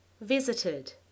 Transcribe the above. Visited